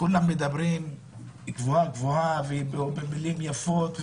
כולם מדברים במילים יפות,